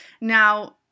Now